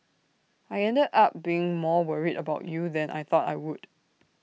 I ended up being more worried about you than I thought I would